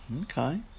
Okay